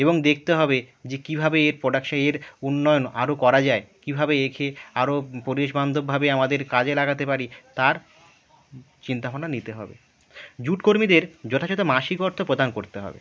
এবং দেখতে হবে যে কীভাবে এর প্রোডাকশ এর উন্নয়ন আরও করা যায় কীভাবে একে আরও পরিবেশবান্ধবভাবে আমাদের কাজে লাগাতে পারি তার চিন্তাভাবনা নিতে হবে জুট কর্মীদের যথাযথ মাসিক অর্থপ্রদান করতে হবে